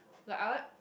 like I want